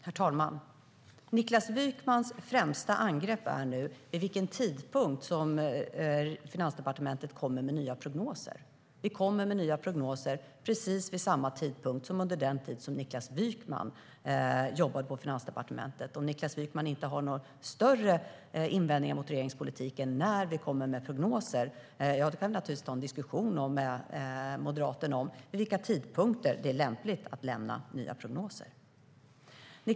Herr talman! Niklas Wykmans främsta angrepp är nu vid vilken tidpunkt som Finansdepartementet kommer med nya prognoser. Vi kommer med nya prognoser precis vid samma tidpunkt som under den tid som Niklas Wykman jobbade på Finansdepartementet. Om Niklas Wykman inte har någon större invändning mot regeringens politik än när vi kommer med prognoser kan jag naturligtvis ta en diskussion med Moderaterna om vid vilka tidpunkter som det är lämpligt att lämna nya prognoser.